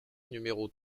numéros